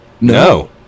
No